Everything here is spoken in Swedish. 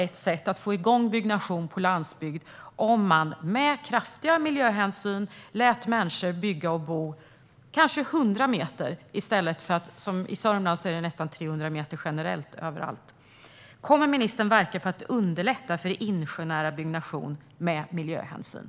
Ett sätt att få igång byggnation på landsbygd vore att man med stor miljöhänsyn lät människor bygga och bo, kanske 100 meter från stranden i stället för - som i Sörmland - 300 meter generellt. Kommer ministern att verka för att underlätta för insjönära byggnation med miljöhänsyn?